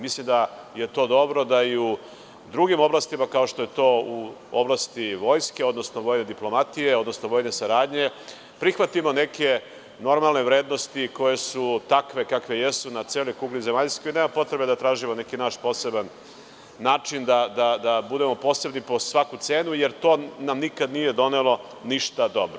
Mislim da je to dobro, da i u drugim oblastima kao što je to u oblasti vojske, odnosno vojne diplomatije, odnosno vojne saradnje prihvatimo neke normalne vrednosti koje su takve kakve jesu na celoj kugli zemaljskoj i nema potrebe da tražimo neki naš poseban način da budemo posebni po svaku cenu jer to nam nikada nije donelo ništa dobro.